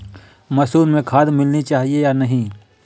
मसूर में खाद मिलनी चाहिए या नहीं?